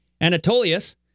Anatolius